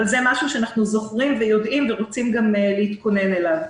זה משהו שאנחנו זוכרים ויודעים ורוצים להתכונן אליו.